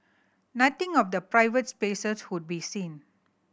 nothing of the private spaces would be seen